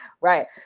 right